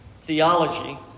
theology